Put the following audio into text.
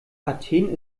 athen